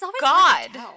god